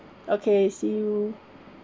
okay see you